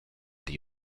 the